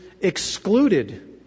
excluded